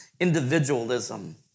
individualism